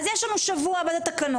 אז יש לנו שבוע הבא את התקנות,